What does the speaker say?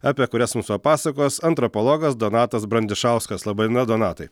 apie kurias mums papasakos antropologas donatas brandišauskas laba diena donatai